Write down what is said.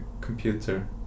computer